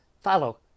follow